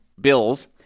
bills